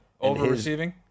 Over-receiving